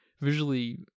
visually